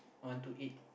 want to eat